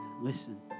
Listen